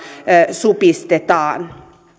supistetaan